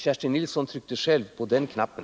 Kerstin Nilsson tryckte själv på den knappen.